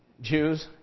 Jews